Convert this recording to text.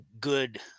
good